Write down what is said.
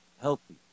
healthy